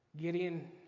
Gideon